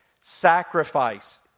Sacrifice